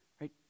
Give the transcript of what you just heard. right